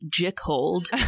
jick-hold